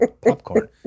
popcorn